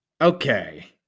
okay